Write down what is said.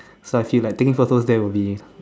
so I feel like taking photos there will be